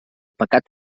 pecat